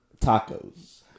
tacos